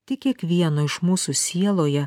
tik kiekvieno iš mūsų sieloje